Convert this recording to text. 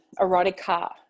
erotica